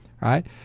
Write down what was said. right